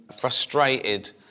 frustrated